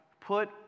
put